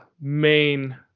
main